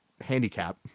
handicap